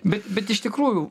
bet bet iš tikrųjų